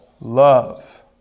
Love